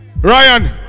ryan